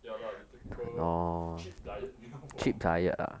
ya lah the typical cheap diet meal for